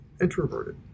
Introverted